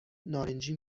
نارنجی